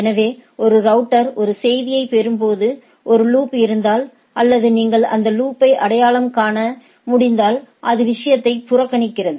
எனவே ஒரு ரவுட்டர் ஒரு செய்தியைப் பெறும்போது ஒரு லூப் இருந்தால் அல்லது நீங்கள் அந்த லூப்பை அடையாளம் காண முடிந்தால் அது விஷயத்தை புறக்கணிக்கிறது